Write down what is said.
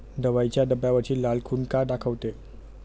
दवाईच्या डब्यावरची लाल खून का दाखवते?